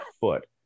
foot